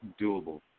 doable